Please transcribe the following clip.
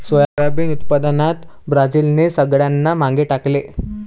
soybean उत्पादनात ब्राझीलने सगळ्यांना मागे टाकले